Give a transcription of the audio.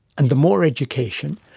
and the more education,